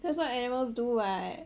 that's what animals do [what]